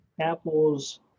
Apple's